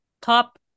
top